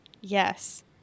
Yes